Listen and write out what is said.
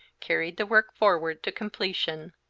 carried the work forward to completion.